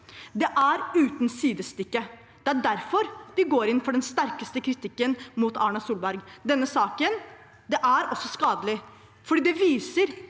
Det er uten sidestykke. Det er derfor vi går inn for den sterkeste kritikken mot Erna Solberg. Denne saken er også skadelig fordi den viser